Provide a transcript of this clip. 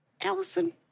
Allison